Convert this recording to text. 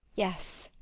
yes,